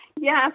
Yes